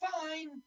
fine